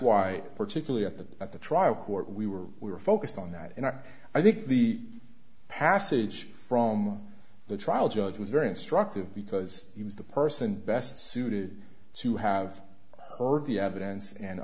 why particularly at the at the trial court we were we were focused on that and i think the passage from the trial judge was very instructive because he was the person best suited to have heard the